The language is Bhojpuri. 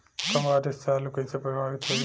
कम बारिस से आलू कइसे प्रभावित होयी?